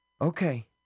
Okay